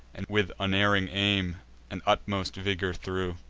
and with unerring aim and utmost vigor threw.